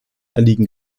erliegen